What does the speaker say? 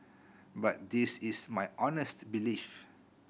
but this is my honest belief